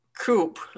coop